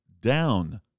down